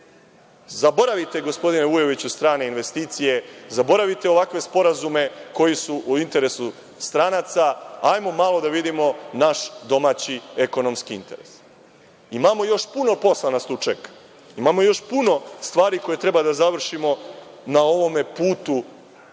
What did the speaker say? razvili. Zaboravite, gospodine Vujoviću, strane investicije, zaboravite ovakve sporazume koji su u interesu stranaca. Hajde malo da vidimo naš domaći ekonomski interes. Imamo još puno posla. Imamo još puno stvari koje treba da završimo na ovome putu